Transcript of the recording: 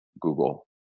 Google